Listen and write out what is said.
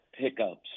pickups